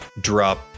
drop